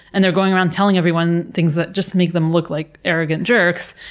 and they're going around telling everyone things that just make them look like arrogant jerks.